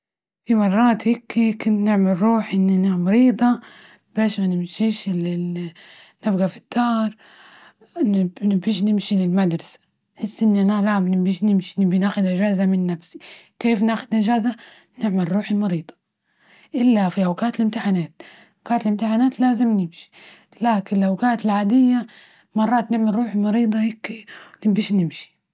في مرات هيك كنا بنروح إننا مريضة باش منمشيش، نبقى في الدار نبغيش نمشي للمدرسة، نحس إني أنا مش نمشي ،نبي ناخد أجازة من نفسي، كيف ناخد اجازة ؟ نعمل روحي مريضة، إلا في اوقات الإمتحانات أوقات الإمتحانات لازم نمشي، لكن الاوقات العادية مرات نعمل روحي مريضة هيك نمشي.